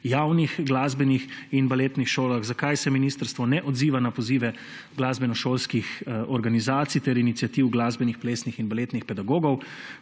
javnih glasbenih in baletnih šolah? Zakaj se ministrstvo ne odziva na pozive glasbenošolskih organizacij ter iniciativ glasbenih, plesnih in baletnih pedagogov,